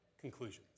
conclusions